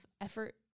effort